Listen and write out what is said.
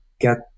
get